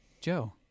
Joe